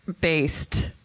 based